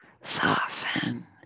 soften